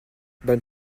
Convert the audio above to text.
bonne